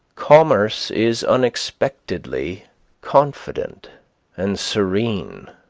commerce is unexpectedly confident and serene,